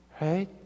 Right